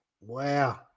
Wow